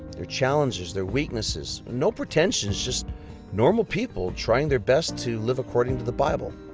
their challenges, their weaknesses, no pretensions, just normal people trying their best to live according to the bible.